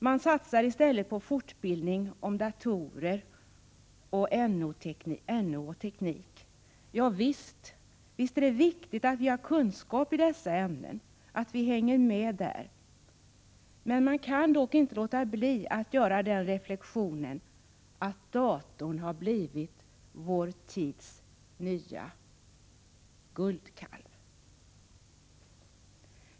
Man satsar i stället på fortbildning om datorer, naturorientering och teknik. Ja, visst är det viktigt att ha kunskap i sådana ämnen, att hänga med där. Men jag kan inte låta bli att göra den reflexionen att datorn har blivit vår tids guldkalv.